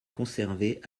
conservés